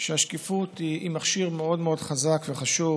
שהשקיפות היא מכשיר מאוד מאוד חזק וחשוב,